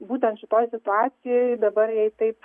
būtent šitoj situacijoj dabar jai taip